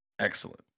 excellent